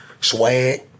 Swag